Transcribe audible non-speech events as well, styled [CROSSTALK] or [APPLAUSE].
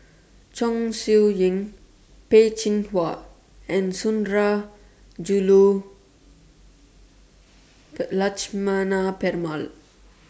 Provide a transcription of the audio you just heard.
Chong Siew Ying Peh Chin Hua and Sundarajulu Lakshmana [UNINTELLIGIBLE]